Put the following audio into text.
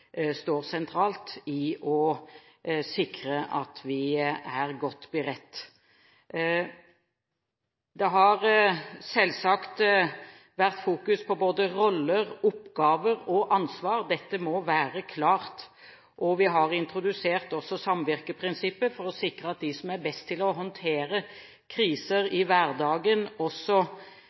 står sentralt i å sikre at vi er godt beredt. Det har selvsagt vært fokus på både roller, oppgaver og ansvar. Dette må være klart. Vi har også introdusert samvirkeprinsippet for å sikre at de som er best til å håndtere kriser i hverdagen, også